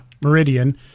Meridian